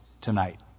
tonight